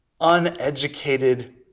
uneducated